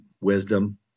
wisdom